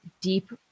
deep